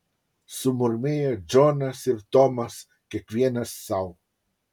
sumurmėję džonas ir tomas kiekvienas sau